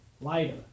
lighter